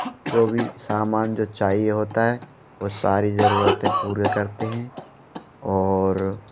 जो भी सामान जो चाहिए होता है वह सारी ज़रूरतें पूरे करते हैं और